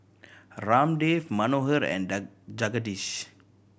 Ramdev Manohar and Jagadish